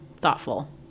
thoughtful